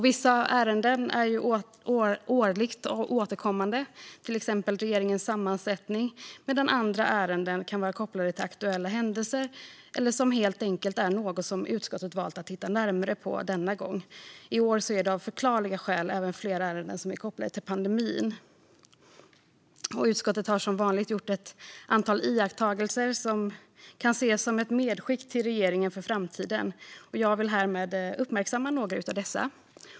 Vissa ärenden är årligt återkommande, till exempel regeringens sammansättning, medan andra ärenden kan vara kopplade till aktuella händelser eller helt enkelt vara något som utskottet valt att titta närmare på. I år är det av förklarliga skäl även flera ärenden som är kopplade till pandemin. Utskottet har som vanligt gjort ett antal iakttagelser som kan ses som ett medskick till regeringen för framtiden. Jag vill härmed uppmärksamma några av dessa.